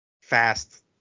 fast